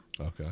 Okay